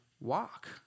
walk